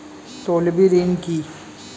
তলবি ঋণ কি?